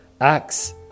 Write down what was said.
acts